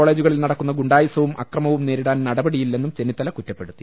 കോളെജുകളിൽ നടക്കുന്ന ഗുണ്ടായിസവും അക്രമവും നേരി ടാൻ നടപടിയില്ലെന്നും ചെന്നിത്തല കുറ്റപ്പെടുത്തി